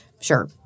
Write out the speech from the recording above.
Sure